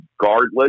regardless